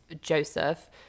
Joseph